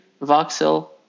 voxel